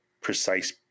precise